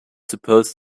supposed